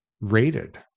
rated